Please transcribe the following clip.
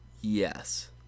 Yes